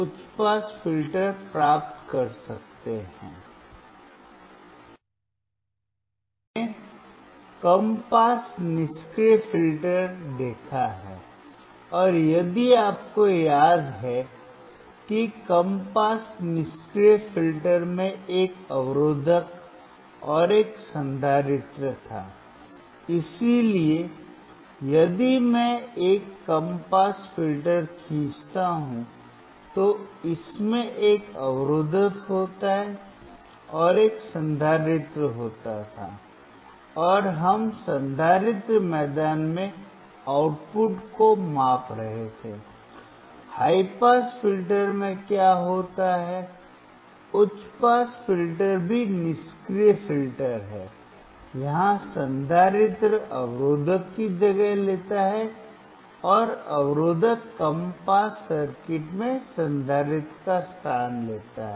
उच्च पास फिल्टर भी निष्क्रिय फिल्टर है यहाँ संधारित्र अवरोधक की जगह लेता है और अवरोधक कम पास सर्किट में संधारित्र का स्थान लेता है